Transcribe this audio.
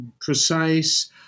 precise